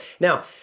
now